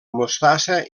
mostassa